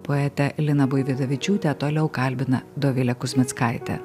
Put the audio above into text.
poetę liną buividavičiūtę toliau kalbina dovilė kuzmickaitė